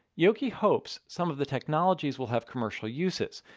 yoky hopes some of the technologies will have commercial uses.